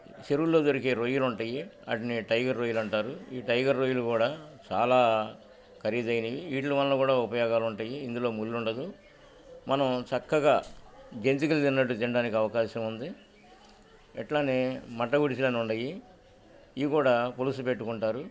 చెరువుల్లో దొరికే రొయ్యలుంటాయి ఆటిని టైగర్ రొయ్యలు అంటారు ఈ టైగర్ రొయిలు కూడా చాలా ఖరీదైనవి వీటిల వల్ల కూడా ఉపయోగాలు ఉంటాయి ఇందులో ముళ్లుండదు మనం చక్కగా జంంతతుికలు తిినన్నట్టు తినడానికి అవకాశం ఉంది ఎట్లానే మట్ట గుడిచలని ఉండయి ఇవి కూడా పులుసు పెట్టుకుంటారు